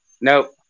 Nope